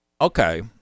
Okay